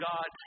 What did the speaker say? God